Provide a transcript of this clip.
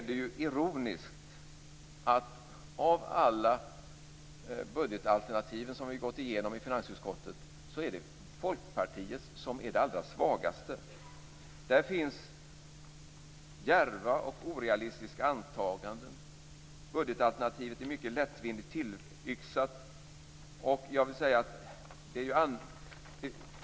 Det är ironiskt att det är Folkpartiets budgetalternativ som är det svagaste av alla de budgetalternativ som vi gått igenom i finansutskottet. Där finns djärva och orealistiska antaganden. Budgetalternativet är mycket lättvindigt tillyxat.